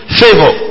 favor